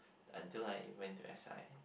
until I went to S_I